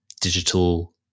digital